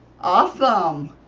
awesome